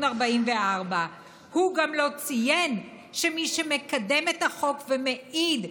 44. הוא גם לא ציין שמי שמקדם את החוק ומעיד,